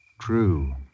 true